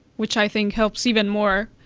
which i think helps even more,